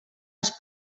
els